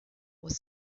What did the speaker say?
was